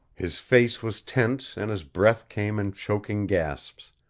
his face was tense and his breath came in choking gasps.